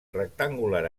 rectangular